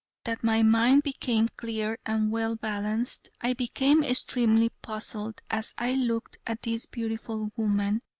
that my mind became clear and well-balanced, i became extremely puzzled as i looked at this beautiful woman,